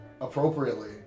Appropriately